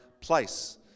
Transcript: place